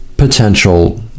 Potential